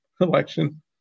election